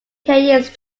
keyes